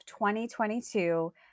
2022